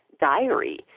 diary